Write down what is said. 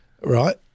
right